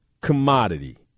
commodity